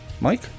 Mike